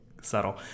subtle